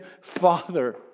father